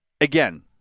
again